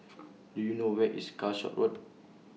Do YOU know Where IS Calshot Road